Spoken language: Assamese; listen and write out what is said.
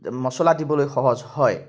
মচলা দিবলৈ সহজ হয়